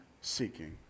seeking